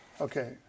okay